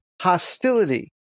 hostility